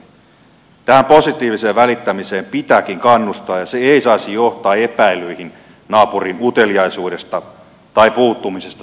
tähän positiiviseen välittämiseen pitääkin kannustaa ja se ei saisi johtaa epäilyihin naapurin uteliaisuudesta tai puuttumisesta toisen asioihin